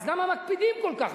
למה מקפידים כל כך?